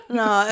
no